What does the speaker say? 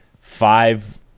five